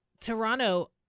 Toronto